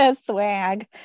swag